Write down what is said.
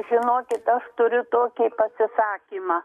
žinokit aš turiu tokį pasisakymą